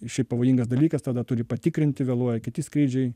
šiaip pavojingas dalykas tada turi patikrinti vėluoja kiti skrydžiai